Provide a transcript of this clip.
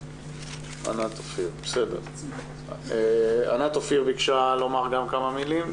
ענת אופיר ביקשה גם לומר כמה מילים.